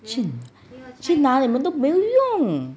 去拿你们都没有用